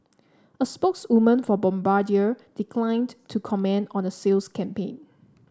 a spokeswoman for Bombardier declined to comment on a sales campaign